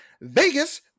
Vegas